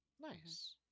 Nice